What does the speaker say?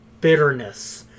bitterness